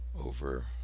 over